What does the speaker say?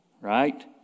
right